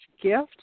gift